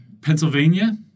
Pennsylvania